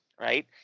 right